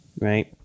Right